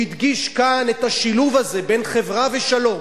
הוא הדגיש כאן את השילוב הזה בין חברה ושלום,